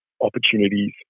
opportunities